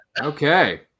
Okay